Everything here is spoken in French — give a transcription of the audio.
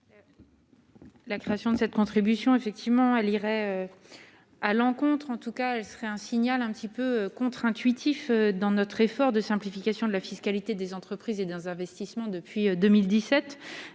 La création de cette contribution, effectivement elle irait à l'encontre, en tout cas elle serait un signal un petit peu contre-intuitif dans notre effort de simplification de la fiscalité des entreprises et des investissements depuis 2017